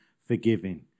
forgiving